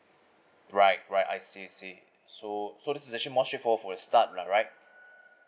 right right I see I see so so this is actually more straightforward for the start lah right